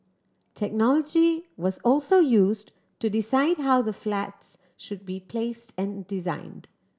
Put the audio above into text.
technology was also used to decide how the flats should be placed and designed